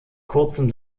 kurzem